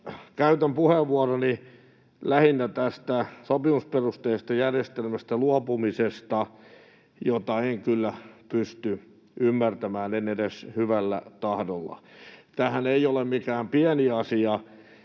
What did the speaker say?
Käytän puheenvuoroni lähinnä tästä sopimusperusteisesta järjestelmästä luopumisesta, jota en kyllä pysty ymmärtämään, en edes hyvällä tahdolla. Tämähän ei ole mikään pieni asia.